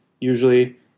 usually